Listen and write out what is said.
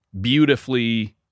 beautifully